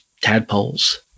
tadpoles